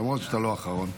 למרות שאתה לא אחרון,